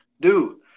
Dude